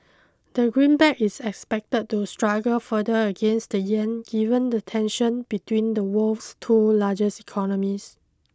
the green back is expected to struggle further against the yen given the tension between the world's two largest economies